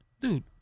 Dude